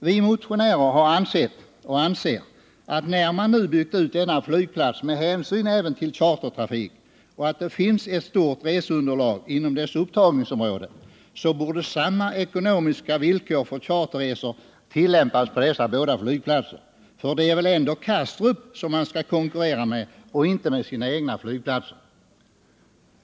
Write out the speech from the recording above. Vi motionärer anser att när man nu byggt ut denna flygplats med hänsyn även till chartertrafik och när det finns ett stort reseunderlag inom flygplatsens upptagningsområde, så borde samma ekonomiska villkor för charterresor tillämpas på båda dessa flygplatser. För det är väl ändå Kastrup som man skall konkurrera med och inte med sina egna flygplatser?